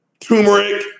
turmeric